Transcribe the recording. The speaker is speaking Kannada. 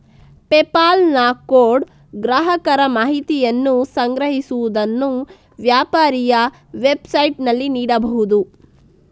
ಪೆಪಾಲ್ ನ ಕೋಡ್ ಗ್ರಾಹಕರ ಮಾಹಿತಿಯನ್ನು ಸಂಗ್ರಹಿಸುವುದನ್ನು ವ್ಯಾಪಾರಿಯ ವೆಬ್ಸೈಟಿನಲ್ಲಿ ನೀಡಬಹುದು